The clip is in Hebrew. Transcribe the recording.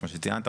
כמו שציינת,